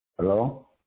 Hello